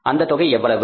அந்த தொகை எவ்வளவு